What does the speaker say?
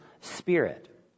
spirit